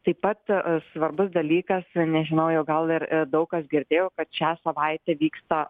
taip pat svarbus dalykas nežinau jau gal ir daug kas girdėjo kad šią savaitę vyksta